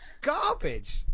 garbage